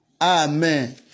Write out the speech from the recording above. Amen